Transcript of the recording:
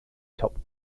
top